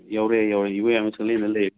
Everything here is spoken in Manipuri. ꯌꯧꯔꯛꯑꯦ ꯌꯧꯔꯛꯑꯦ ꯏꯕꯣꯌꯥꯏꯃ ꯁꯪꯂꯦꯟꯗ ꯂꯩ